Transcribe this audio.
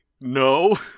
No